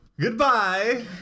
goodbye